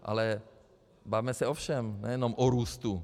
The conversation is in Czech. Ale bavme se o všem, nejenom o růstu.